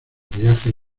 viajes